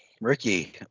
Ricky